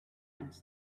and